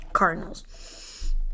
Cardinals